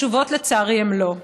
התשובות לצערי הן "לא".